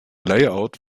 layout